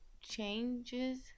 changes